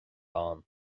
ann